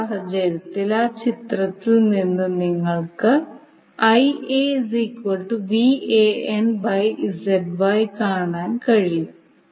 ഈ സാഹചര്യത്തിൽ ആ ചിത്രത്തിൽ നിന്ന് നിങ്ങൾക്ക് കാണാൻ കഴിയും